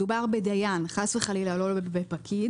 מדובר בדיין ולא בפקיד.